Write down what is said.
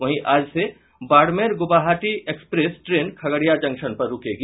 वहीं आज से Barmer Guwahati express train Khagaria junction पर रूकेगी